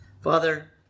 Father